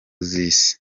z’isi